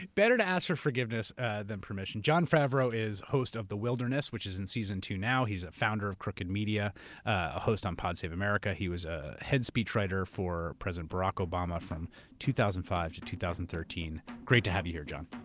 better to ask for forgiveness than permission. jon favreau is host of the wilderness, which is in season two now. he's a founder of crooked media, a host on pod save america. he was a head speech writer for president barack obama from two thousand and five to two thousand and thirteen. great to have you here, jon.